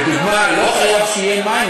לדוגמה, לא חייב שיהיו מים.